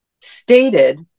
stated